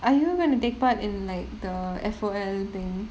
are you going to take part in like the F_O_L thing